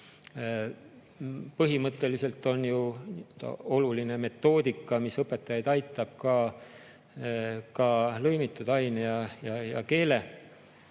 Põhimõtteliselt on ju oluline metoodika, mis õpetajaid aitab, ka lõimitud aine‑ ja keeleõpe